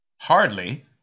Hardly